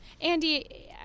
Andy